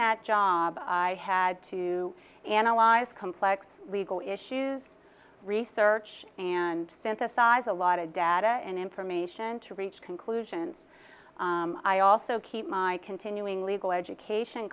that job i had to analyze complex legal issues research and synthesize a lot of data and information to reach conclusions i also keep my continuing legal education